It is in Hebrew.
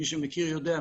מי שמכיר יודע,